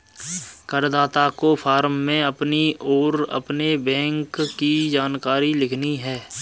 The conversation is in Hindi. करदाता को फॉर्म में अपनी और अपने बैंक की जानकारी लिखनी है